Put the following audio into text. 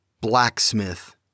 Blacksmith